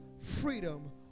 freedom